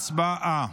הצבעה.